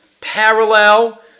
Parallel